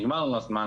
נגמר לנו הזמן,